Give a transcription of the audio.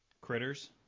Critters